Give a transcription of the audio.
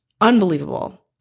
Unbelievable